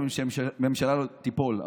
שהממשלה הזאת תיפול,